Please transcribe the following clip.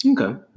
Okay